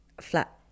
flat